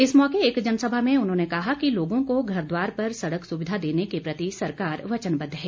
इस मौके एक जनसभा में उन्होंने कहा कि लोगों को घर द्वार पर सड़क सुविधा देने के प्रति सरकार वचनबद्ध है